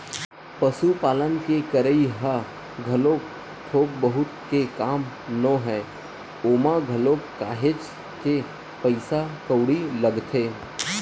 पसुपालन के करई ह घलोक थोक बहुत के काम नोहय ओमा घलोक काहेच के पइसा कउड़ी लगथे